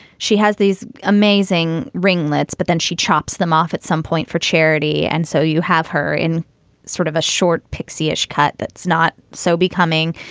she has these amazing ringlets, but then she chops them off at some point for charity. and so you have her in sort of a short pixie ish cut. that's not so becoming.